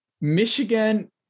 Michigan